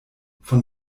von